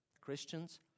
Christians